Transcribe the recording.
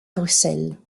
bruxelles